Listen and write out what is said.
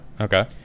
Okay